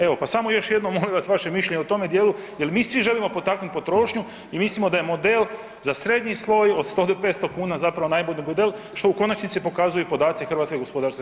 Evo pa samo još jednom molim vas vaše mišljenje o tome dijelu jel mi svi želimo potaknuti potrošnju i mislimo da je model za srednji sloj od 500 kuna zapravo najbolji model što u konačnici pokazuju podaci HKG.